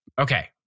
Okay